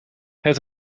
het